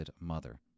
Mother